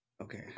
okay